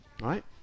Right